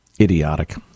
Idiotic